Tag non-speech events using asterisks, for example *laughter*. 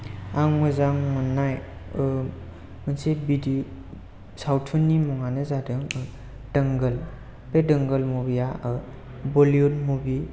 आं मोजां मोननाय मोनसे *unintelligible* सावथुननि मुङानो जादों दोंगोल बे दोंगोल मुभि आ बलिउड मुभि